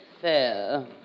fair